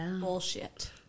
bullshit